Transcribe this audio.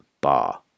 bar